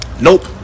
nope